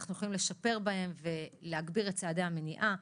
שאנחנו יכולים לשפר בהן ולהגביר את צעדי המניעה,